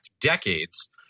decades